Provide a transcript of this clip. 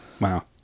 Wow